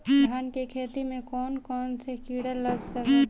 धान के खेती में कौन कौन से किड़ा लग सकता?